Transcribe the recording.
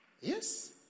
Yes